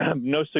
no